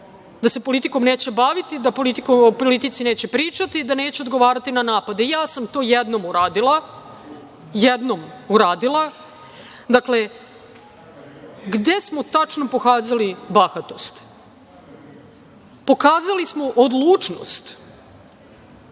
da se politikom neće baviti, da o politici neće pričati, da neće odgovarati na napade. Ja sam to jednom uradila, jednom uradila. Gde smo tačno pokazali bahatost? Pokazali smo odlučnost,